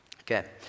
Okay